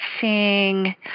seeing